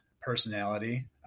personality